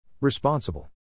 Responsible